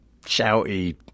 shouty